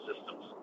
systems